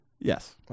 Yes